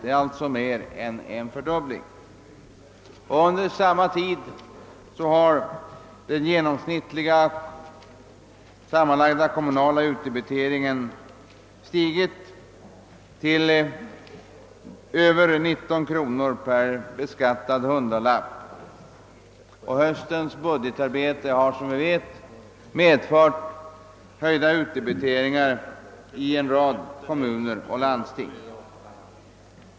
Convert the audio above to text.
Det är alltså mer än en fördubbling. Under samma tid har den genomsnittliga sammanlagda kommunala utdebiteringen stigit till över 19 kronor per beskattad hundralapp, och höstens budgetarbete har som vi vet medfört höjning av utdebiteringarna i en rad kommuner och landsting.